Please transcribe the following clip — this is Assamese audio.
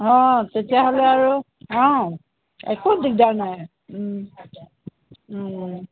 অ' তেতিয়াহ'লে আৰু অ' একো দিগদাৰ নাই